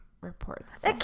reports